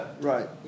Right